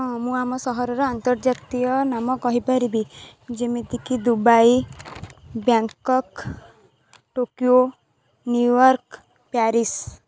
ହଁ ମୁଁ ଆମ ସହରର ଆନ୍ତର୍ଜାତୀୟ ନାମ କହିପାରିବି ଯେମିତି କି Dubai Bangkok Tokyo New York Paris